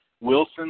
Wilson